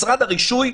משרד הרישוי,